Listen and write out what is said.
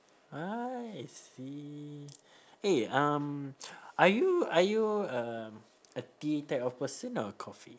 ah I see eh um are you are you um a tea type of person or a coffee